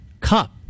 Cup